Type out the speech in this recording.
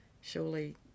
surely